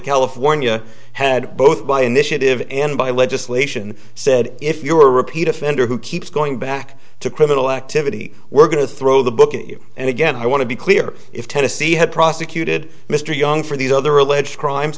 california had both by initiative and by legislation said if you're a repeat offender who keeps going back to criminal activity we're going to throw the book at you and again i want to be clear if tennessee had prosecuted mr young for these other alleged crimes